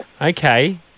Okay